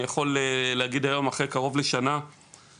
אני יכול להגיד היום אחרי קרוב לשנה שבמיזם